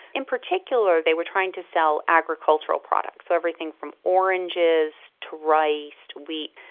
in particular they were trying to sell agricultural products, so everything from oranges to rice to wheat.